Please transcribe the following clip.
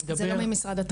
זה לא ממשרד התרבות.